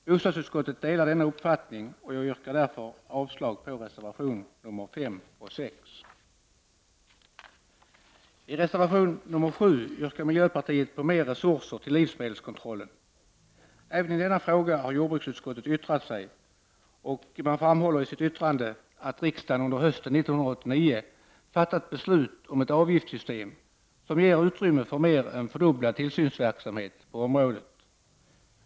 Bostadsutskottet delar denna uppfattning. Jag yrkar således avslag på reservationerna nr 5 och 6. I reservation nr 7 yrkar miljöpartiet på ytterligare resurser till livsmedelskontrollen. Även i denna fråga har jordbruksutskottet yttrat sig. Man framhåller i sitt yttrande att riksdagen under hösten 1989 fattade beslut om ett avgiftssystem som ger utrymme för en mer än fördubblad tillsynsverksamhet på området.